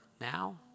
now